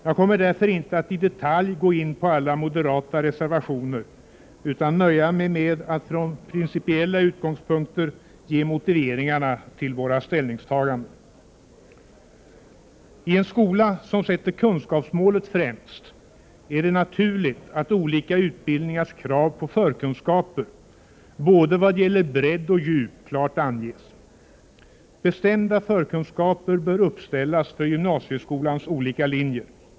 Jag kommer därför inte att i detalj gå in på alla moderata reservationer, utan jag nöjer mig med att från principiella utgångspunkter ge motiveringarna till våra ställningstaganden. I en skola som sätter kunskapsmålet främst är det naturligt att olika utbildningars krav på förkunskaper, vad gäller både bredd och djup, klart anges. Bestämda förkunskapskrav bör uppställas för gymnasieskolans olika linjer.